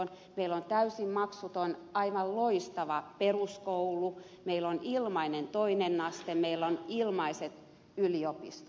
meillä on täysin maksuton aivan loistava peruskoulu meillä on ilmainen toinen aste meillä on ilmaiset yliopistot